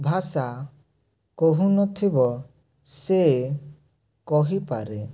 ଭାଷା କହୁ ନଥିବ ସେ କହିପାରେ